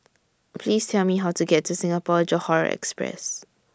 Please Tell Me How to get to Singapore Johore Express